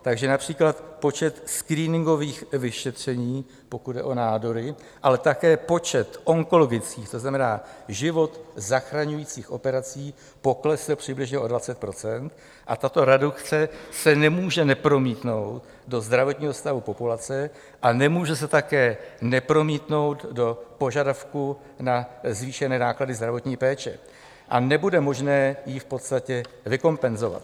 Takže například počet screeningových vyšetření, pokud jde o nádory, ale také počet onkologických, to znamená život zachraňujících operací poklesl přibližně o 20 % a tato redukce se nemůže nepromítnout do zdravotního stavu populace a nemůže se také nepromítnout do požadavků na zvýšené náklady zdravotní péče a nebude možné ji v podstatě vykompenzovat.